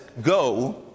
go